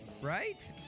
Right